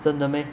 真的 meh